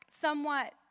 somewhat